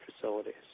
facilities